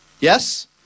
Yes